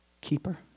keeper